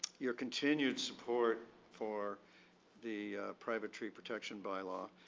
your continued support for the private tree protection by law.